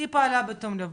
היא פעלה בתום לב,